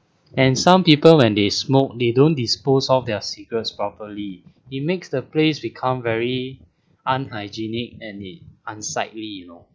and some people when they smoke they don't dispose of their cigarette properly it makes the place become very unhygienic and unsightly you know